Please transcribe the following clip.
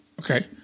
Okay